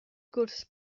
gwrs